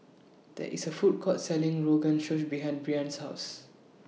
There IS A Food Court Selling Rogan Josh behind Breanne's House